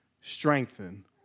strengthen